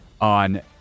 on